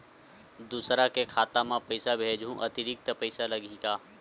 दूसरा के खाता म पईसा भेजहूँ अतिरिक्त पईसा लगही का?